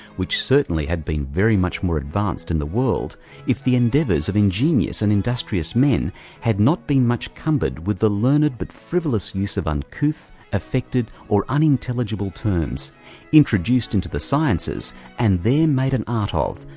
which certainly had been very much more advanced in the world if the endeavours of ingenious and industrious men had not been much cumbered with the learned but frivolous use of uncouth, affected, or unintelligible terms introduced into the sciences and there made an art ah of,